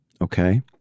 okay